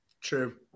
True